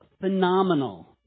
phenomenal